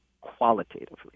qualitatively